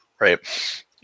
right